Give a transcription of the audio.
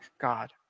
God